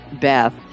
Beth